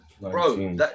Bro